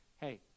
Hey